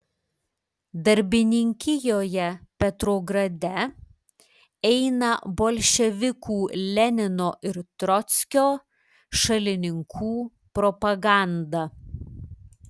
darbininkijoje petrograde eina bolševikų lenino ir trockio šalininkų propaganda